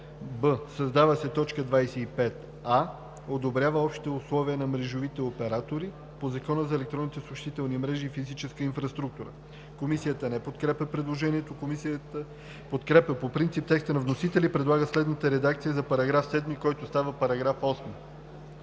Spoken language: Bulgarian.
„б) създава се точка 25а: „одобрява Общи условия на мрежови оператори по Закона за електронните съобщителни мрежи и физическата инфраструктура;“. Комисията не подкрепя предложението. Комисията подкрепя по принцип текста на вносителя и предлага следната редакция за § 7, който става § 8: „§ 8.